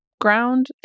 ground